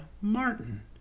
Martin